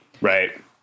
Right